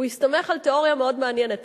הוא הסתמך על תיאוריה מאוד מעניינת,